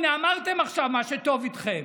הינה, אמרתם עכשיו מה שטוב איתכם.